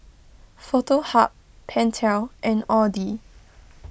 Foto Hub Pentel and Audi